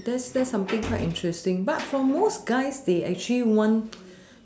that's that's something quite interesting but for most guys they actually want